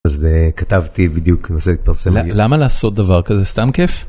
אז הא, כתבתי בדיוק וזה התפרסם. למה לעשות דבר כזה, סתם כיף.